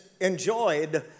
enjoyed